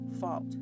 fault